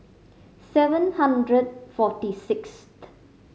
seven hundred forty sixth